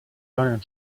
donen